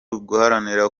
uguharanira